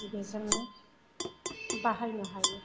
बेजोंनो बाहायनो हायो